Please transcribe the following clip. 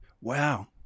Wow